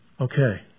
Okay